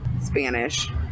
Spanish